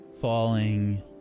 falling